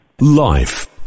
Life